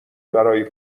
برای